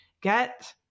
get